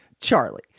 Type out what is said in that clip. Charlie